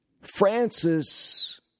Francis